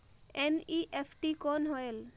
NEFT कौन होएल?